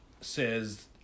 says